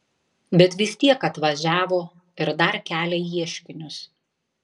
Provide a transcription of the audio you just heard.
bet vis tiek atvažiavo ir dar kelia ieškinius